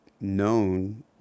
known